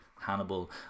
Hannibal